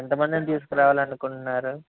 ఎంతమందిని తీసుకురావాలి అనుకుంటున్నారు